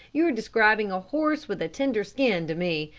you're describing a horse with a tender skin to me,